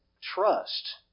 trust